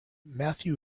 matthew